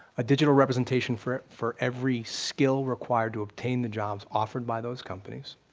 a digital representation for for every skill required to obtain the jobs offered by those companies,